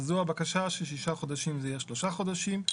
אז הבקשה היא שזה יהיה שלושה חודשים.